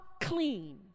clean